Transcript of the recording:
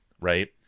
right